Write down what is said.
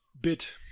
bit